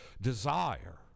desire